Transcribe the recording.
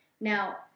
Now